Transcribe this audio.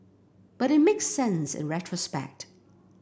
but it makes sense in retrospect